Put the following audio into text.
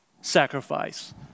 sacrifice